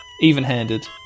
even-handed